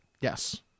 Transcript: Yes